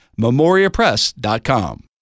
memoriapress.com